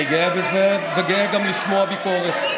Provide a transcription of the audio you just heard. אני גאה בזה, וגאה גם לשמוע ביקורת.